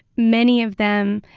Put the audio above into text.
many of them,